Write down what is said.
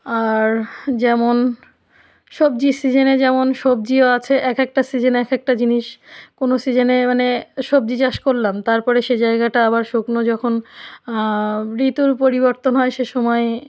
আর যেমন সবজির সিজেনে যেমন সবজিও আছে এক একটা সিজেনে এক একটা জিনিস কোনো সিজেনে মানে সবজি চাষ করলাম তারপরে সেই জায়গাটা আবার শুকনো যখন ঋতুর পরিবর্তন হয় সেসময়